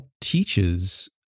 teaches